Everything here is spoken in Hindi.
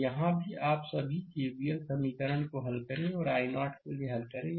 तो यहाँ भी आप सभी केवीएल समीकरण को हल करें और i0 के लिए हल करें